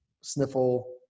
sniffle